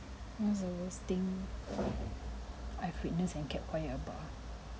what's the worst thing I've witnessed and kept quiet about